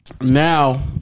Now